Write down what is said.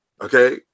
Okay